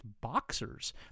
boxers